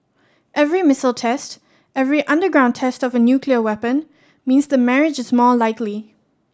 every missile test every underground test of a nuclear weapon means the marriage is more likely